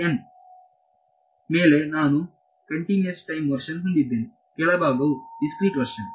ಅದು ಮೇಲೆನಾನು continuous time version ಹೊಂದಿದ್ದೇನೆ ಕೆಳಭಾಗವು ದಿಸ್ಕ್ರೀಟ್ ವರ್ಷನ್